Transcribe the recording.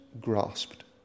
grasped